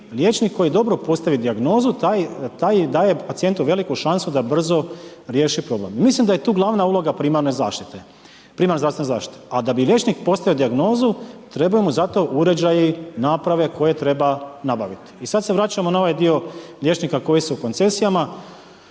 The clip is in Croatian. liječnik koji dobro postavi dijagnozu, taj daje pacijentu veliku šansu da brzo riješi problem. Mislim da je tu glavna uloga primarne zdravstvene zaštite. A da bi liječnik postavio dijagnozu, treba mu za to uređaji, naprave koje treba nabaviti. I sad se vraćamo na ovaj dio liječnika koji su u koncesijama.